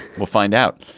we'll find out.